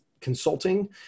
consulting